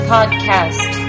Podcast